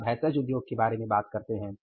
आप दवा उद्योग के बारे में बात करते हैं